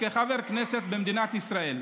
כחבר כנסת במדינת ישראל,